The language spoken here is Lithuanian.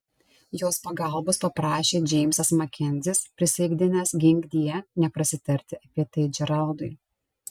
jos pagalbos paprašė džeimsas makenzis prisaikdinęs ginkdie neprasitarti apie tai džeraldui